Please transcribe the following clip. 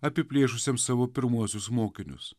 apiplėšusiam savo pirmuosius mokinius